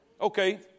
Okay